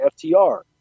FTR